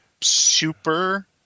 Super